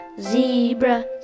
Zebra